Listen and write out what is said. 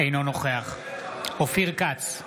אינו נוכח אופיר כץ,